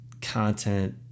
content